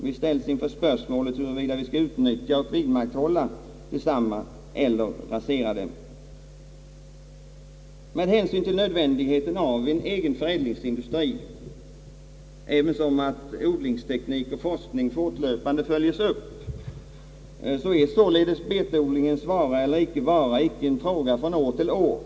Vi ställs in för spörsmålet huruvida vi skall utnyttja och vidmakthålla densamma eller rasera den. Med hänsyn till nödvändigheten av en egen förädlingsindustri, ävensom av att odlingsteknik och forskning fortlöpande följes upp, är sockerbetsodlingens vara eller inte vara icke en fråga från år till år.